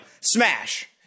smash